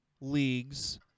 leagues